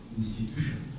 institution